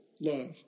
love